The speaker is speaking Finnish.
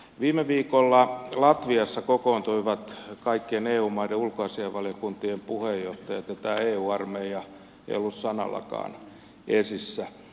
viime viikolla latviassa kokoontuivat kaikkien eu maiden ulkoasianvaliokuntien puheenjohtajat ja tämä eu armeija ei ollut sanallakaan esissä